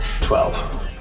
Twelve